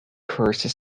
course